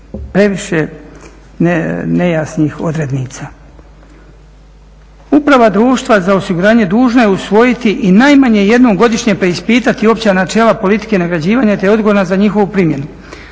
previše nejasnih odrednica. Uprava društva za osiguranje dužna je usvojiti i najmanje jednom godišnje preispitati opća načela politike nagrađivanja te je odgovorna za njihovu primjenu.